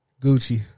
Gucci